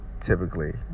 typically